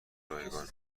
رایگان